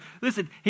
Listen